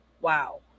wow